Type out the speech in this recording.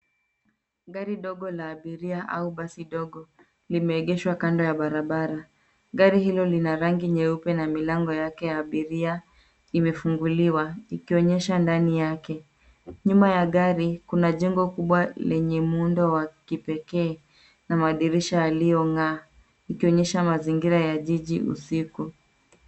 Gari dogo la abiria au basi dogo limeegeshwa kando ya barabara, gari hilo lina rangi nyeupe na milango yake ya abiria imefunguliwa ikionyesha ndani yake, nyuma ya gari kuna jengo kubwa lenye muundo wa kipekee na madirisha yalionga'aa ikionyesha mazingira ya jiji usiku.